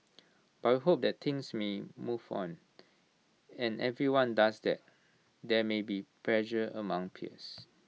but we hope that things mean move on and everyone does that there may be pressure among peers